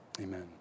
Amen